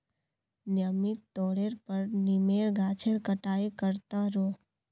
नियमित तौरेर पर नीमेर गाछेर छटाई कर त रोह